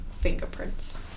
fingerprints